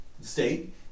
state